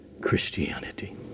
christianity